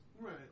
Right